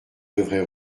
devrait